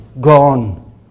gone